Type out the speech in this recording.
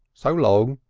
so long!